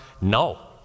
No